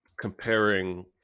comparing